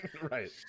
Right